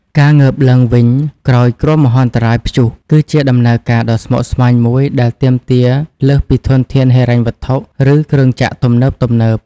ការងើបឡើងវិញក្រោយគ្រោះមហន្តរាយព្យុះ គឺជាដំណើរការដ៏ស្មុគស្មាញមួយដែលទាមទារលើសពីធនធានហិរញ្ញវត្ថុ ឬគ្រឿងចក្រទំនើបៗ។